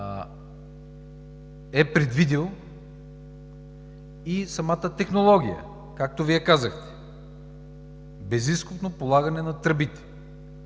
е предвидила и самата технология – както Вие казахте, безизкопно полагане на тръбите.